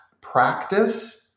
practice